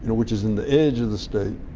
which is in the edge of the state,